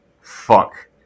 fuck